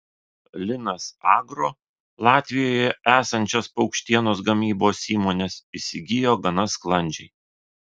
linas agro latvijoje esančias paukštienos gamybos įmones įsigijo gana sklandžiai